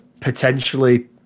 potentially